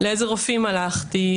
לאיזה רופאים הלכתי,